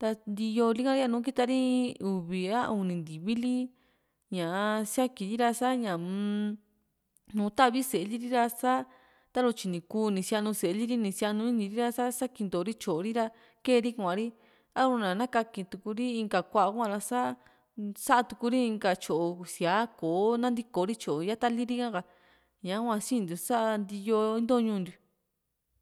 ta nti´yoo lika yanu kita uvi a uni ntivi li ñaa siakiri sa ñaa-m núú tavi sée liri ra sa taru tyini ku ni sianu séeli ri ni sianu ini ri ra sa salintori tyoori ra kee ri kuari arua na kakituri inka kua hua ra sa saá turi inka tyoo síaa koo nantikori tyo yatali ri´ha ka ñahua sinintiu sa´a nti´yoo into ñuu ntiu